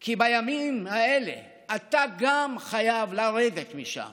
כי בימים האלה אתה גם חייב לרדת משם